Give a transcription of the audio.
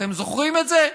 אתם זוכרים את זה?